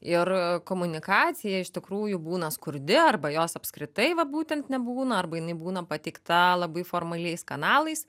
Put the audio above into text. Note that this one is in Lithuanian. ir komunikacija iš tikrųjų būna skurdi arba jos apskritai va būtent nebūna arba jinai būna pateikta labai formaliais kanalais